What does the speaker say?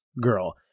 girl